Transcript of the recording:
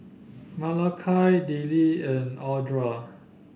Malakai Dillie and Audra